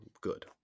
good